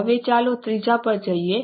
હવે ચાલો ત્રીજા પર જઈએ